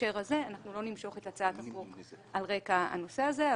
בהקשר הזה אנחנו לא נמשוך את הצעת החוק על רקע הנושא הזה,